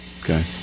Okay